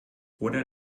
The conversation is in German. oder